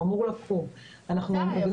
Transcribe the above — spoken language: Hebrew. הוא אמור לקום --- מתי?